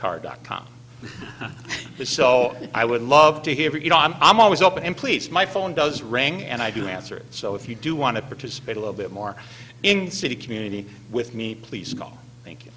carr dot com so i would love to hear you know i'm i'm always open and please my phone does ring and i do answer so if you do want to participate a little bit more in the city community with me please call thank you